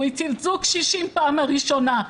הוא הציל זוג קשישים בפעם הראשונה,